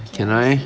cannot sleep